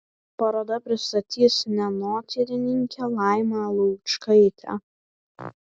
parodą pristatys menotyrininkė laima laučkaitė